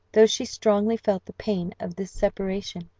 though she strongly felt the pain of this separation,